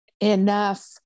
enough